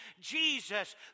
Jesus